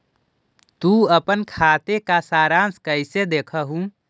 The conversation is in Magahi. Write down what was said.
तु अपन खाते का सारांश कैइसे देखअ हू